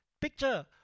Picture